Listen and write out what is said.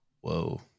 Whoa